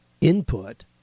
input